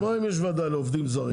אז מה אם יש ועדה לעובדים זרים?